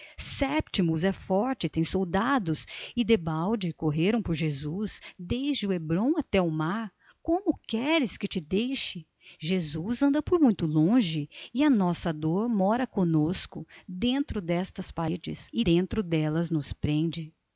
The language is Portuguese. moab sétimo é forte e tem soldados e debalde correram por jesus desde o hébron até ao mar como queres que te deixe jesus anda por muito longe e a nossa dor mora connosco dentro destas paredes e dentro delas nos prende